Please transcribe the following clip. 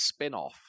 spinoff